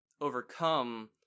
overcome